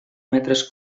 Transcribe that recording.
metres